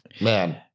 man